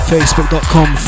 Facebook.com